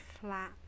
flat